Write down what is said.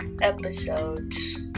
episodes